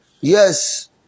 Yes